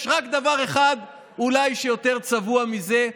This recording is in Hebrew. יש רק דבר אחד שהוא אולי יותר צבוע מזה,